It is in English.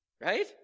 right